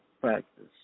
practice